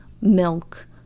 milk